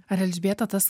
ar elžbieta tas